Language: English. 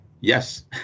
yes